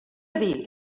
dir